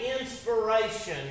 inspiration